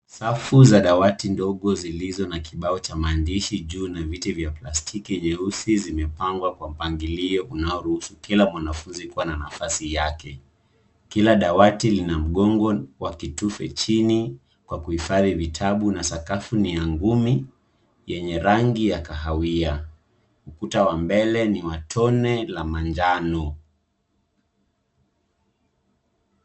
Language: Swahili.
Safu za dawati ndogo zilizo na kibao cha maandishi juu na viti vya plastiki nyeusi zimepangwa kwa mpangilio unaoruhusu kila mwanafunzi kuwa na nafasi yake. Kila dawati lina mgongo wa kitufe chini kwa kuhifadhi vitabu na sakafu ni ya ngumi yenye rangi ya kahawia. Ukuta wa mbele ni wa tone la manjano.